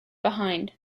behind